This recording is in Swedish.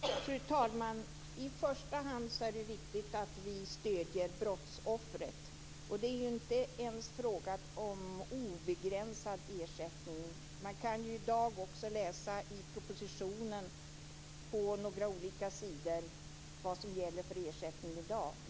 Fru talman! I första hand är det viktigt att man stöder brottsoffret. Det är inte fråga om någon obegränsad ersättning. I propositionen står det vad som gäller för ersättning i dag. Men det är en grupp av människor som är brottsoffer, oavsett vad de har drabbats av.